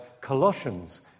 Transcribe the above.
Colossians